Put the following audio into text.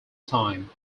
time